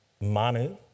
Manu